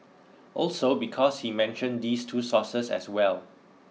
also because he mentioned these two sources as well